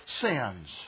sins